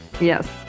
Yes